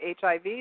HIV